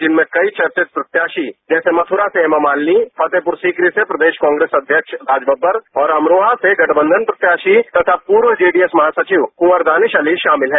जिनमें कई चर्चित प्रत्याशी जैसे मथुरा से हेमा मालिनी फतेहपुर सीकरी से प्रदेश कांग्रेस अध्यक्ष राजवब्बर और अमरोहा से गठबंधन प्रत्याशी तथा पूर्व जेडीएस महासचिव कुंवर दानिश अली शामिल हैं